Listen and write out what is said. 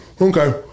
Okay